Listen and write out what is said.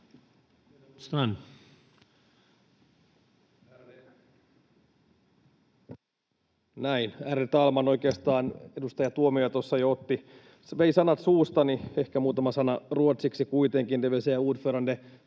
Näin. Ärade talman! Oikeastaan edustaja Tuomioja tuossa jo vei sanat suustani. Ehkä muutama sana ruotsiksi kuitenkin. Det vill säga, ordförande